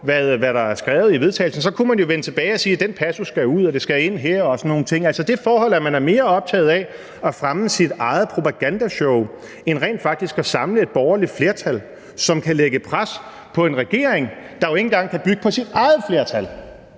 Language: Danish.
har været en del af – at man så kan vende tilbage til det og sige, at den passus skal ud, og at noget andet skal ind her og sådan nogle ting. Men man ser det forhold, at man er mere optaget af at fremme sit eget propagandashow end rent faktisk at samle et borgerligt flertal, som kan lægge pres på en regering, der jo ikke engang kan bygge på sit eget flertal.